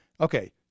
okay